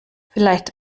vielleicht